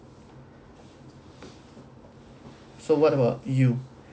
so what about you